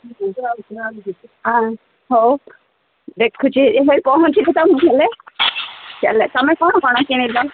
ହଉ ଦେଖୁଛି ଏଇ ପହଞ୍ଚିଲେ ତ ମୁଁ ହେଲେ ଚାଲ ତୁମେ କ'ଣ କ'ଣ କିଣିଲ